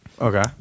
Okay